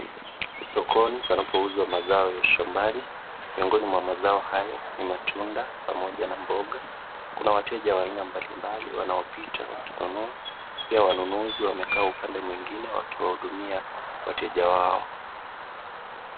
Sokoni panapouzwa mazao ya shambani. Miongoni mwa mazao hayo ni matunda pamoja na mboga. Kuna wateja wa aina mbalimbali wanaopita wakinunua. Pia wanunuzi wamekaa upande mwingine wakiwahudumia wateja wao.